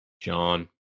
John